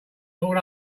all